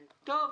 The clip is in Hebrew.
טוב,